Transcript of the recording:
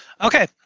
Okay